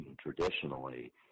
traditionally –